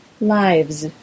lives